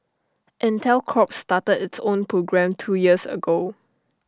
Intel corps started its own program two years ago